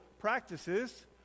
practices